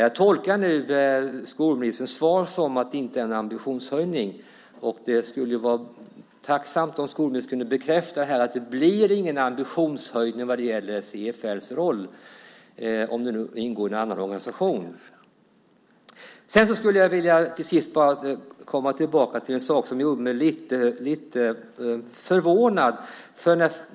Jag tolkar skolministerns svar som att det inte är någon ambitionssänkning. Jag skulle vara tacksam om skolministern kunde bekräfta att det inte blir någon ambitionssänkning vad gäller CFL:s roll även om det ingår i en annan organisation. Till sist skulle jag vilja komma tillbaka till en sak som gör mig lite förvånad.